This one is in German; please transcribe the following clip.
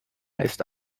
ist